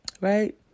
Right